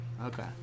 Okay